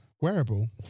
wearable